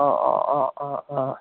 অঁ অঁ অঁ